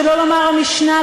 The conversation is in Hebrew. שלא לומר המשנָה,